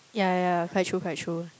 ya ya ya quite true quite true